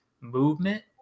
movement